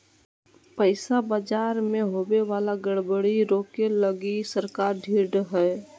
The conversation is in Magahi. पैसा बाजार मे होवे वाला गड़बड़ी रोके लगी सरकार ढृढ़ हय